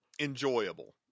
enjoyable